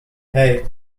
hey